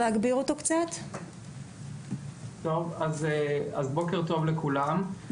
אז בוקר טוב לכולם,